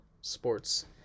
sports